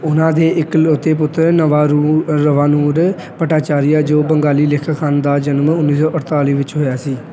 ਉਹਨਾਂ ਦੇ ਇਕਲੌਤੇ ਪੁੱਤਰ ਨਬਾਰੁ ਅ ਨਬਾਰੁਨ ਭੱਟਾਚਾਰੀਆ ਜੋ ਬੰਗਾਲੀ ਲੇਖਕ ਹਨ ਦਾ ਜਨਮ ਉੱਨੀ ਸੌ ਅਠਤਾਲੀ ਵਿੱਚ ਹੋਇਆ ਸੀ